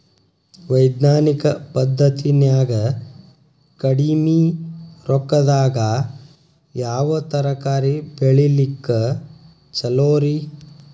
ವೈಜ್ಞಾನಿಕ ಪದ್ಧತಿನ್ಯಾಗ ಕಡಿಮಿ ರೊಕ್ಕದಾಗಾ ಯಾವ ತರಕಾರಿ ಬೆಳಿಲಿಕ್ಕ ಛಲೋರಿ?